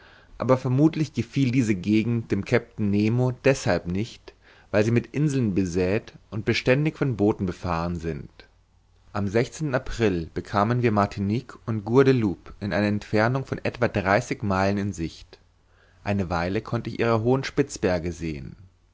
aber vermuthlich gefiel diese gegend dem kapitän nemo deshalb nicht weil sie mit inseln besäet und beständig von booten befahren sind am april bekamen wir martinique und guadeloupe in einer entfernung von etwa dreißig meilen in sicht eine weile konnte ich ihre hohen spitzberge sehen